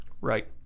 Right